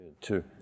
Two